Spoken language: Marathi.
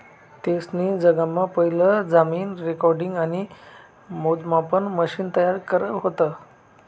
तेसनी जगमा पहिलं जमीन रेकॉर्डिंग आणि मोजमापन मशिन तयार करं व्हतं